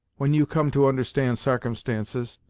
when you come to understand sarcumstances.